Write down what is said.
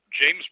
James